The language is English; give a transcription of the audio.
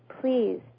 please